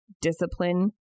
discipline